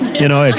you know,